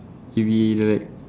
maybe like that